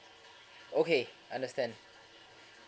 okay understand